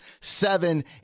seven